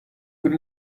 good